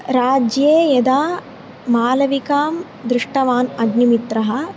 राज्ये यदा मालविकां दृष्टवान् अग्निमित्रः